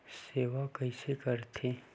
सेवा कइसे करथे?